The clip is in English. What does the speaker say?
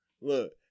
Look